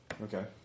Okay